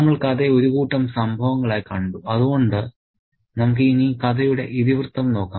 നമ്മൾ കഥയെ ഒരു കൂട്ടം സംഭവങ്ങളായി കണ്ടു അതുകൊണ്ട് നമുക്ക് ഇനി കഥയുടെ ഇതിവൃത്തം നോക്കാം